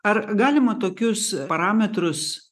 ar galima tokius parametrus